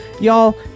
y'all